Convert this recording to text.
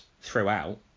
throughout